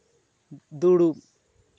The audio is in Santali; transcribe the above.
ᱫᱩᱲᱩᱵᱽ